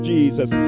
Jesus